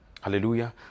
hallelujah